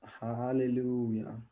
Hallelujah